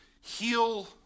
heal